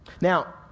Now